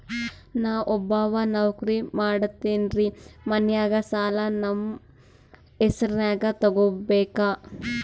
ನಾ ಒಬ್ಬವ ನೌಕ್ರಿ ಮಾಡತೆನ್ರಿ ಮನ್ಯಗ ಸಾಲಾ ನಮ್ ಹೆಸ್ರನ್ಯಾಗ ತೊಗೊಬೇಕ?